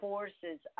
forces